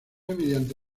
mediante